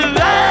love